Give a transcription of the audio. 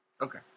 Okay